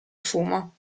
fumo